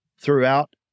throughout